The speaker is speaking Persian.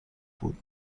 بود